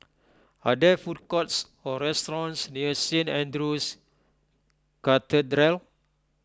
are there food courts or restaurants near Saint andrew's Cathedral